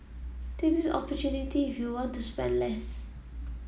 this is opportunity if you want to spend less